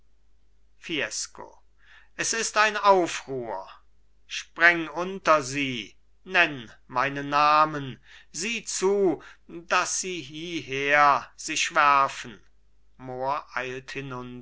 fiesco es ist ein aufruhr spreng unter sie nenn meinen namen sieh zu daß sie hieher sich werfen mohr